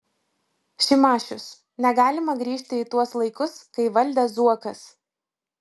šimašius negalima grįžti į tuos laikus kai valdė zuokas